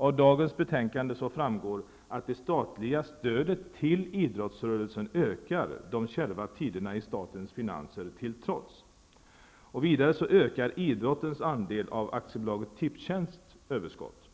Av dagens betänkande framgår att det statliga stödet till idrottsrörelsen ökar, de kärva tiderna i statens finanser till trots. Vidare ökar idrottens andel av AB Tipstjänsts överskott.